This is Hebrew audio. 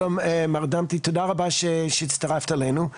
שלום מר דמתי, תודה רבה שהצטרפת אלינו.